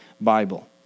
Bible